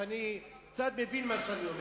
אני קצת מבין מה שאני אומר.